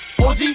OG